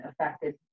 affected